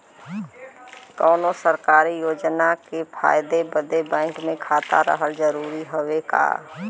कौनो सरकारी योजना के फायदा बदे बैंक मे खाता रहल जरूरी हवे का?